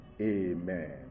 Amen